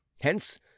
hence